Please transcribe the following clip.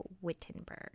Wittenberg